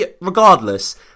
regardless